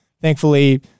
thankfully